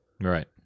right